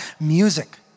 music